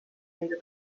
leida